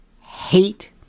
hate